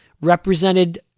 Represented